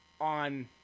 on